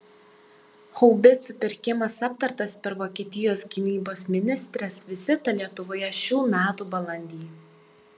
haubicų pirkimas aptartas per vokietijos gynybos ministrės vizitą lietuvoje šių metų balandį